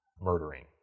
murdering